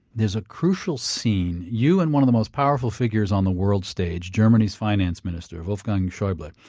there's a crucial scene you and one of the most powerful figures on the world stage, germany's finance minister wolfgang schaeuble.